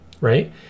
Right